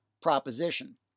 proposition